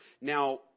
Now